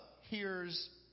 hears